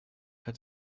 hat